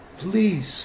Please